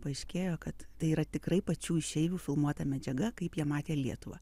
paaiškėjo kad tai yra tikrai pačių išeivių filmuota medžiaga kaip jie matė lietuvą